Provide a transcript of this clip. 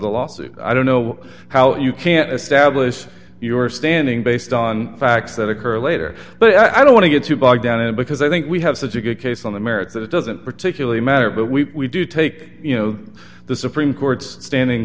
the lawsuit i don't know how you can establish your standing based on facts that occur later but i don't want to get too bogged down in it because i think we have such a good case on the merits that it doesn't particularly matter but we do take you know the supreme court's standing